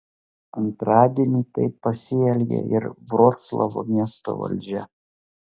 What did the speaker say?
antradienį taip pasielgė ir vroclavo miesto valdžia